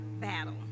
Battle